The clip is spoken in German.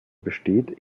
besteht